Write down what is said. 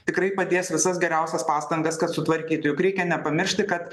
tikrai padės visas geriausias pastangas kad sutvarkyti reikia nepamiršti kad